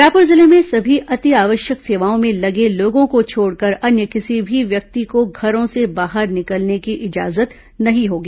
रायपूर जिले में समी अतिआवश्यक सेवाओं में लगे लोगों को छोडकर अन्य किसी भी व्यक्ति को घरों से बाहर निकलने की इजाजत नहीं होगी